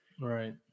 Right